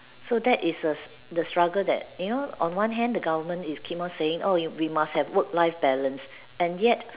so that is a the struggle that you know on one hand the government is keep on saying oh you we must have work life balance and yet